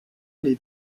les